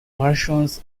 versions